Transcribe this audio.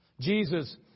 Jesus